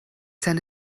seine